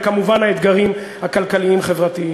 וכמובן האתגרים הכלכליים חברתיים.